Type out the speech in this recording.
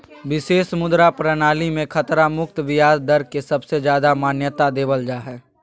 विशेष मुद्रा प्रणाली मे खतरा मुक्त ब्याज दर के सबसे ज्यादा मान्यता देवल जा हय